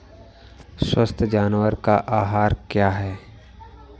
स्वस्थ जानवर का आहार क्या है?